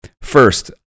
first